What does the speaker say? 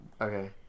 Okay